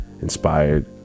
inspired